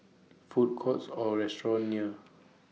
Food Courts Or restaurants near